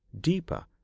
deeper